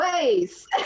ways